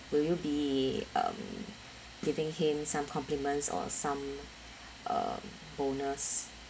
will you be um giving him some compliments or some um bonus